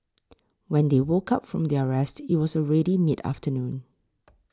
when they woke up from their rest it was already mid afternoon